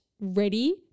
ready